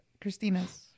Christina's